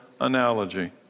analogy